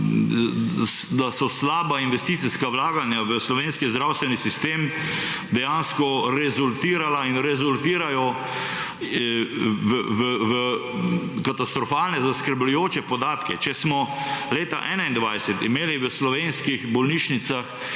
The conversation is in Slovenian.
da so slaba investicijska vlaganja v slovenski zdravstveni sistem, dejansko rezultirala in rezultirajo v katastrofalne, zaskrbljujoče podatke. Če smo leta 2021 imeli v slovenskih bolnišnicah